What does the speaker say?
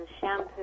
shampoo